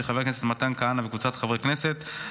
של חבר הכנסת מתן כהנא וקבוצת חברי כנסת,